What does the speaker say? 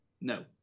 no